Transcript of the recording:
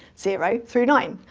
zero through nine,